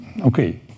Okay